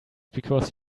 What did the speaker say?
because